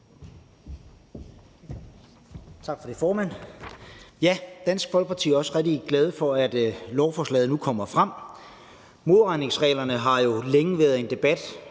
Tak for det, formand. Dansk Folkeparti er også rigtig glade for, at lovforslaget nu kommer frem. Modregningsreglerne har der længe været debat